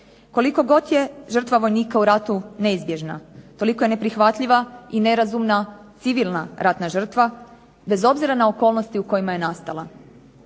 Koliko god je žrtva vojnika u ratu neizbježna, toliko je neprihvatljiva i nerazumljiva civilna ratna žrtva bez obzira na okolnosti u kojima je nastala.